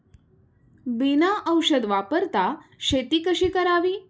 बिना औषध वापरता शेती कशी करावी?